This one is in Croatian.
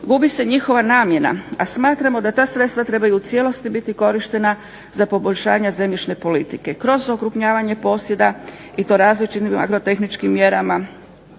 gubi se njihova namjena, a smatramo da ta sredstva trebaju u cijelosti biti korištena za poboljšanje zemljišne politike kroz okrupnjavanje posjeda i to različitim agrotehničkim mjerama